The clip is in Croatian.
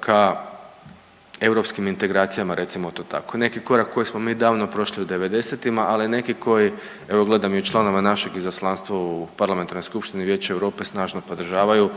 ka europskim integracijama recimo to tako i neki korak kojeg smo mi davno prošli u '90.-ima, ali neki koji evo gledam i članove našeg izaslanstva u parlamentarnoj skupštini Vijeća Europe snažno podržavaju